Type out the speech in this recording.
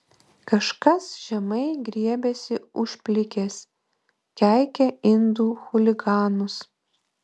kažkas žemai griebiasi už plikės keikia indų chuliganus